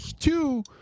two